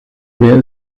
wer